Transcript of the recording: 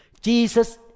Jesus